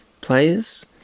players